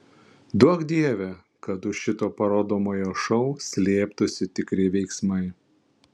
duok dieve kad už šito parodomojo šou slėptųsi tikri veiksmai